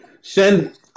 send